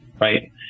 Right